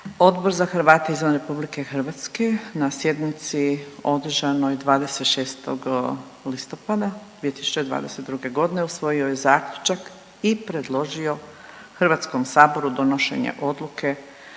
Odbor za Hrvate izvan RH na sjednici održanoj 26. listopada 2022. godine usvojio je zaključak i predložio Hrvatskom saboru donošenje odluke